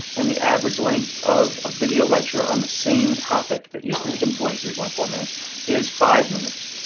and the average length of a video lecture on the same topic that used to take them twenty three point four minutes is five minutes.